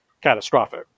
catastrophic